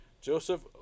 Joseph